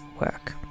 work